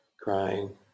crying